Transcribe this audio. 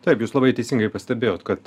taip jūs labai teisingai pastebėjot kad